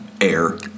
air